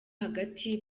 hagati